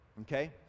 Okay